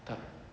tak